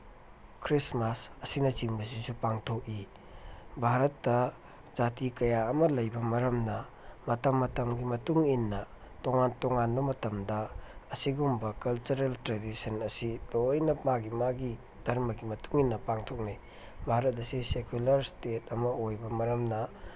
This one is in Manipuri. ꯈ꯭ꯔꯤꯁꯃꯥꯁ ꯑꯁꯤꯅꯆꯤꯡꯕꯁꯤꯁꯨ ꯄꯥꯡꯊꯣꯛꯏ ꯚꯥꯔꯠꯇ ꯖꯥꯇꯤ ꯀꯌꯥ ꯑꯃ ꯂꯩꯕ ꯃꯔꯝꯅ ꯃꯇꯝ ꯃꯇꯝꯒꯤ ꯃꯇꯨꯡꯏꯟꯅ ꯇꯣꯉꯥꯟ ꯇꯣꯉꯥꯟꯕ ꯃꯇꯝꯗ ꯑꯁꯤꯒꯨꯝꯕ ꯀꯜꯆꯔꯦꯜ ꯇ꯭ꯔꯦꯗꯤꯁꯟ ꯑꯁꯤ ꯂꯣꯏꯅ ꯃꯥꯒꯤ ꯃꯥꯒꯤ ꯙꯔꯃꯒꯤ ꯃꯇꯨꯡꯏꯟꯅ ꯄꯥꯡꯊꯣꯛꯅꯩ ꯚꯥꯔꯠ ꯑꯁꯤ ꯁꯦꯀꯨꯂꯔ ꯏꯁꯇꯦꯠ ꯑꯃ ꯑꯣꯏꯕ ꯃꯔꯝꯅ